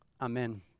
Amen